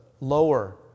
lower